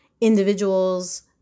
individuals